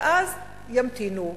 ואז ימתינו.